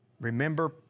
Remember